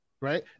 right